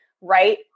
right